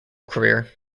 career